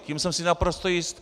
Tím jsem si naprosto jist.